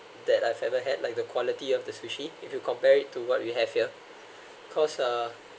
that I've ever had like the quality of the sushi if you compare it to what you have here cause uh